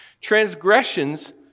Transgressions